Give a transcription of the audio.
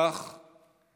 כך